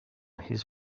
his